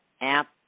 app